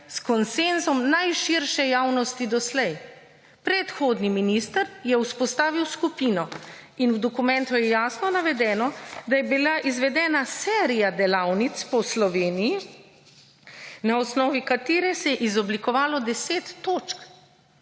s konsenzom najširše javnosti doslej. Predhodni minister je vzpostavil skupino in v dokumentu je jasno navedeno, da je bila izvedena serija delavnic po Sloveniji, na osnovi katere se je izoblikovalo 10 točk,